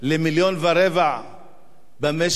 למיליון ורבע במשק,